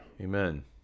Amen